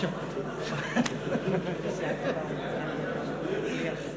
גדעון סער, שר הפנים הבא.